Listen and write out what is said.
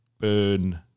burn